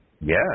Yes